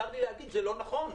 זה לא נכון.